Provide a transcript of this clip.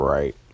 Right